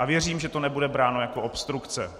A věřím, že to nebude bráno jako obstrukce.